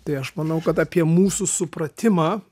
tai aš manau kad apie mūsų supratimą